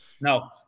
No